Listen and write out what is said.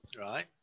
right